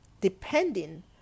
depending